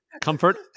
comfort